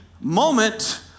moment